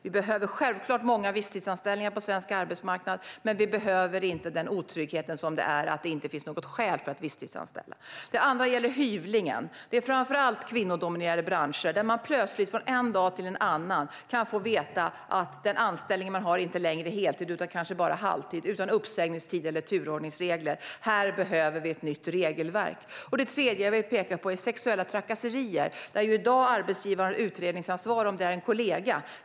Vi behöver självklart många visstidsanställningar på svensk arbetsmarknad, men vi behöver inte den otrygghet som det innebär att det inte behövs något skäl till att visstidsanställa. Det andra gäller hyvlingen. Det gäller framför allt kvinnodominerade branscher, där man plötsligt från en dag till en annan kan få veta att den anställning man har inte längre är på heltid, utan kanske på halvtid och utan uppsägningstid eller turordningsregler. Här behöver vi ett nytt regelverk. Det tredje jag vill peka på är sexuella trakasserier, där arbetsgivaren i dag har utredningsansvar om det gäller en kollega.